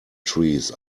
trees